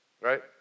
Right